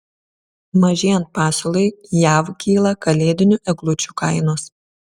mažėjant pasiūlai jav kyla kalėdinių eglučių kainos